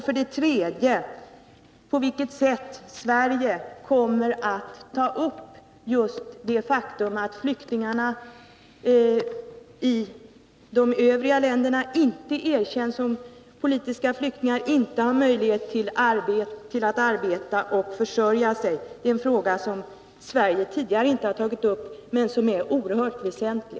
För det tredje frågade jag på vilket sätt Sverige kommer att ta upp just det faktum att flyktingarna från El Salvador av de övriga länderna inte erkänns som politiska flyktingar och inte får möjlighet att arbeta och försörja sig. Det är en fråga som Sverige tidigare inte tagit upp men som är oerhört väsentlig.